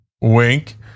wink